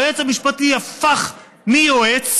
היועץ